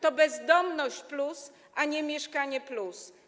To „bezdomność+”, a nie „Mieszkanie+”